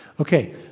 Okay